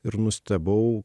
ir nustebau